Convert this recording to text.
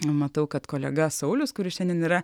matau kad kolega saulius kuris šiandien yra